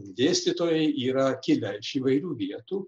dėstytojai yra kilę iš įvairių vietų